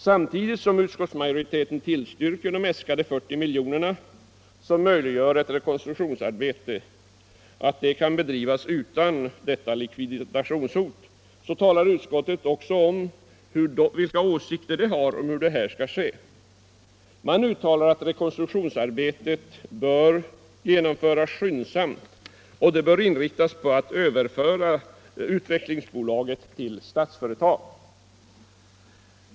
Samtidigt som utskottsmajoriteten tillstyrker de äskade 40 miljonerna, som möjliggör att ett rekonstruktionsarbete kan bedrivas utan likvidationshot, talar man om vilka åsikter man har om hur det hela skall ske. Man säger att rekonstruktionsarbetet bör genomföras skyndsamt och inriktas på att överföra Utvecklingsbolaget till Statsföretag.